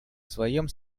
своем